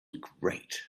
great